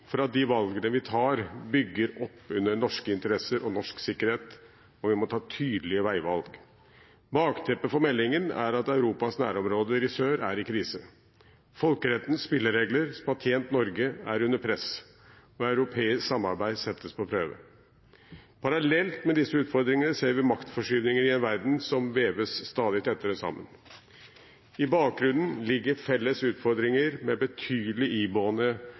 for at de valgene vi tar, bygger opp under norske interesser og norsk sikkerhet, og vi må ta tydelige veivalg. Bakteppet for meldingen er at Europas nærområder i sør er i krise. Folkerettens spilleregler, som har tjent Norge, er under press, og europeisk samarbeid settes på prøve. Parallelt med disse utfordringene ser vi maktforskyvninger i en verden som veves stadig tettere sammen. I bakgrunnen ligger felles utfordringer med betydelig iboende